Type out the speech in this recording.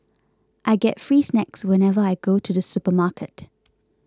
I get free snacks whenever I go to the supermarket